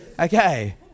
okay